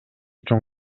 чоң